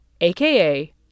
aka